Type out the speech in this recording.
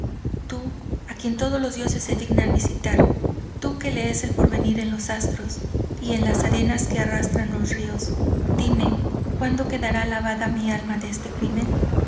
tu a quien todos los dioses se dignan visitar tu que lees el porvenir en los astros y en las arenas que arrastran los ríos dime cuando quedara lavada mi alma de este crimen